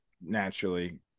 naturally